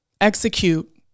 execute